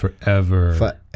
Forever